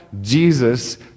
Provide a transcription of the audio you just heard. Jesus